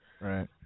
Right